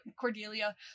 cordelia